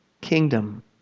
kingdom